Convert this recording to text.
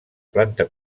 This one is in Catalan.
planta